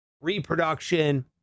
reproduction